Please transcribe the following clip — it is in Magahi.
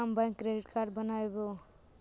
हम बैक क्रेडिट कार्ड बनैवो?